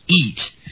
eat